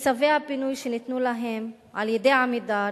שצווי הפינוי שניתנו להם על-ידי "עמידר",